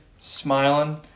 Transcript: smiling